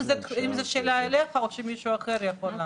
האם זו שאלה אליך או שמישהו אחר יכול לענות?